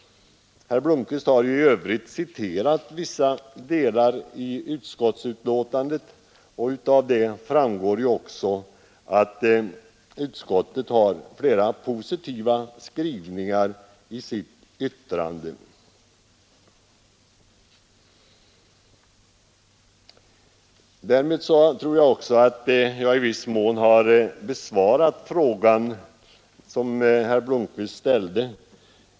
Herr Blomkvist har i övrigt citerat vissa delar ur utskottsbetänkandet. Därav framgår att utskottet har flera positiva skrivningar i sitt yttrande. Därmed tror jag att jag i viss mån har besvarat den fråga herr Blomkvist ställde.